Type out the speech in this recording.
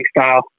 style